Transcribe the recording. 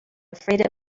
afraid